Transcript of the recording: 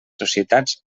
societats